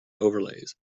overlays